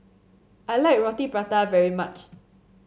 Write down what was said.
I like Roti Prata very much